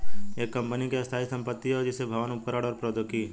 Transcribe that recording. एक कंपनी की स्थायी संपत्ति होती हैं, जैसे भवन, उपकरण और प्रौद्योगिकी